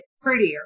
prettier